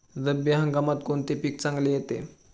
रब्बी हंगामात कोणते पीक चांगले येते?